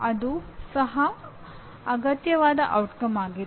ಅದು ಸಹ ಅಗತ್ಯವಾದ ಪರಿಣಾಮವಾಗಿದೆ